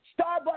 Starbucks